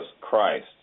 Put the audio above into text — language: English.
Christ